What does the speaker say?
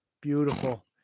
beautiful